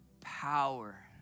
Power